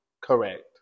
Correct